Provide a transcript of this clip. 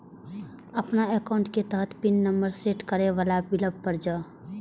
अपन एकाउंट के तहत पिन नंबर सेट करै बला विकल्प पर जाउ